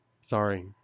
Sorry